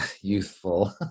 youthful